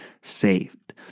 saved